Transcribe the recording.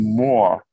more